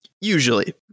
Usually